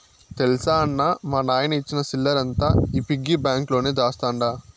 తెల్సా అన్నా, మా నాయన ఇచ్చిన సిల్లరంతా ఈ పిగ్గి బాంక్ లోనే దాస్తండ